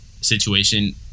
situation